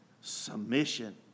Submission